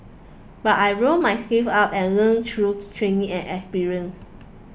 but I rolled my sleeves up and learnt through training and experience